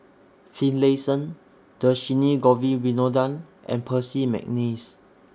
Finlayson Dhershini Govin Winodan and Percy Mcneice